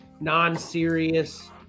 non-serious